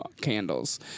candles